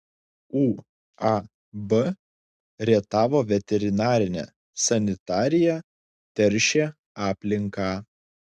uab rietavo veterinarinė sanitarija teršė aplinką